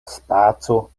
spaco